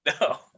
No